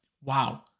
wow